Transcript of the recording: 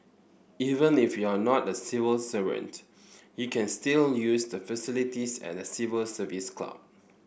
even if you are not a civil servant you can still use the facilities at the Civil Service Club